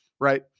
right